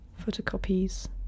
photocopies